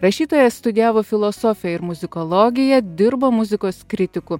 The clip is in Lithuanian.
rašytojas studijavo filosofiją ir muzikologiją dirbo muzikos kritiku